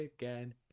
again